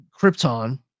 Krypton